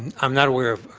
i'm not aware